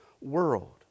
world